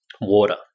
Water